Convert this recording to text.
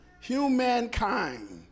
Humankind